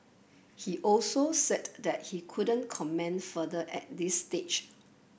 he also said that he couldn't comment further at this stage